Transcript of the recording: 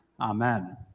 Amen